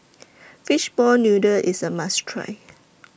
Fishball Noodle IS A must Try